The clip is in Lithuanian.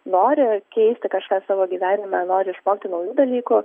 nori keisti kažką savo gyvenime nori išmokti naujų dalykų